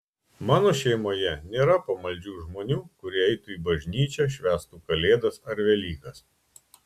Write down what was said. mano šeimoje nėra pamaldžių žmonių kurie eitų į bažnyčią švęstų kalėdas ar velykas